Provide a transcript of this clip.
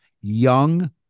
young